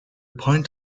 point